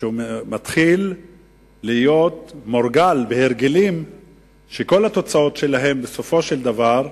שמתחיל להיות מורגל בהרגלים שכל התוצאות שלהם הרסניות בסופו של דבר.